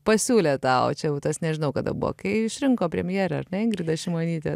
pasiūlė tau čia jau tas nežinau kada buvo kai išrinko premjerę ar ne ingridą šimonytę